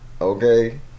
Okay